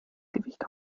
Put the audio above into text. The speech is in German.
gewicht